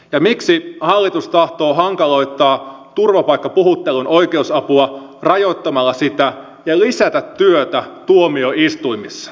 ja miksi hallitus tahtoo hankaloittaa turvapaikkapuhuttelun oikeusapua rajoittamalla sitä ja lisätä työtä tuomioistuimissa